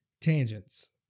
Tangents